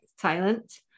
silent